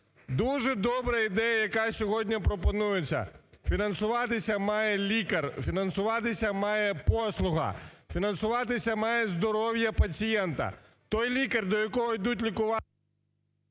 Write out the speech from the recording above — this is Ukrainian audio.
Дуже добра ідея, яка сьогодні пропонується. Фінансуватися має лікар, фінансуватися має послуга, фінансуватися має здоров'я пацієнта. Той лікар, до якого йдуть лікуватися…